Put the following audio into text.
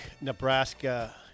Nebraska